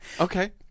okay